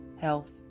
health